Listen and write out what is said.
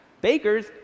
Bakers